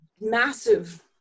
massive